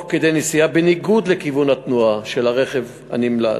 תוך כדי נסיעה בניגוד לכיוון התנועה של הרכב הנמלט,